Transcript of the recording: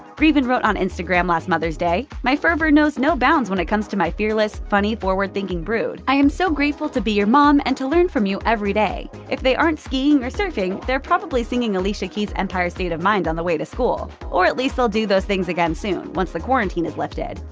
greeven wrote on instagram last mother's day, my fervor knows no bounds when it comes to my fearless, funny, forward-thinking brood. i am so grateful to be your mom and to learn from you every day! if they aren't skiing or surfing, they're probably singing alicia keys' empire state of mind on the way to school or at least they'll do these things again soon, once the quarantine is lifted.